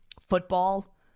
Football